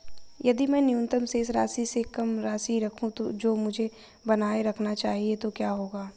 यदि मैं न्यूनतम शेष राशि से कम राशि रखूं जो मुझे बनाए रखना चाहिए तो क्या होगा?